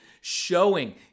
showing